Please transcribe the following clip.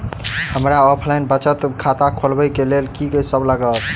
हमरा ऑफलाइन बचत खाता खोलाबै केँ लेल की सब लागत?